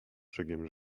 brzegiem